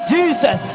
Jesus